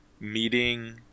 meeting